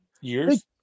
years